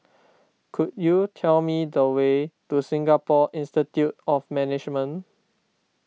could you tell me the way to Singapore Institute of Management